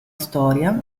storia